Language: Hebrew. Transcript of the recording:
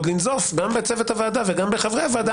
לנזוף גם בצוות הוועדה וגם בחברי הוועדה,